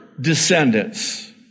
descendants